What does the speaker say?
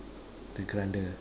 the keranda